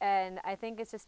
and i think it's just